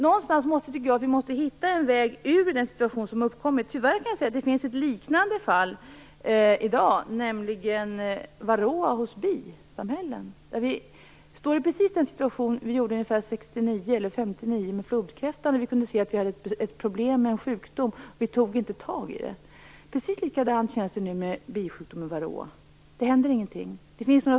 Vi måste hitta en väg ur den situation som har uppkommit. Det finns tyvärr ett liknande fall i dag, nämligen Varroa hos bisamhällen. Vi står i precis den situation som vi gjorde 59 eller 69 med flodkräftan. Vi kunde se att vi hade ett problem med en sjukdom, men vi tog inte tag i det. Precis likadant känns det nu med bisjukdomen Varroa. Det händer ingenting.